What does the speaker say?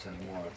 anymore